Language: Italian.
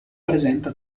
presenta